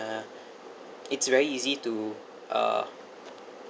uh it's very easy to uh